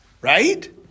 Right